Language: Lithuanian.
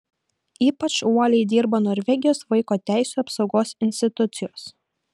ypač uoliai dirba norvegijos vaiko teisių apsaugos institucijos